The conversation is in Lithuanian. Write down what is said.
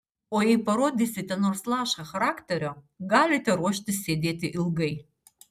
o jei parodysite nors lašą charakterio galite ruoštis sėdėti ilgai